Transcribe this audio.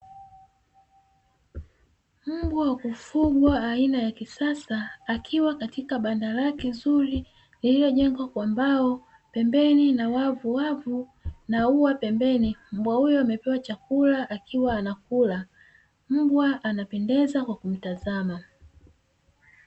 Mbwa wa kufugwa aina ya kisasa, akiwa katika banda lake zuri lililojengwa kwa mbao, pembeni na wavuwavu na ua pembeni. Mbwa huyo amepewa chakula akiwa anakula, mbwa anapendeza kwa kumtazama.